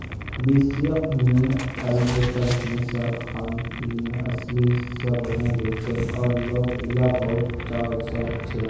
beans या फलियां अइजकाल हमसार खानपीनेर असली हिस्सा बने गेलछेक और लोक इला बहुत चाव स खाछेक